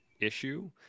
issue